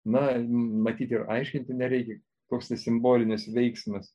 na matyt ir aiškinti nerekia koks tai simbolinis veiksmas